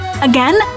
Again